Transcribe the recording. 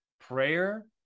prayer